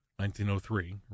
1903